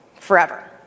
forever